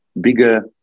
bigger